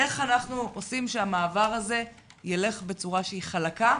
איך אנחנו עושים שהמעבר הזה ילך בצורה חלקה,